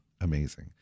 Amazing